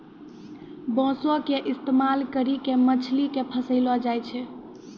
बांसो के इस्तेमाल करि के मछली के फसैलो जाय छै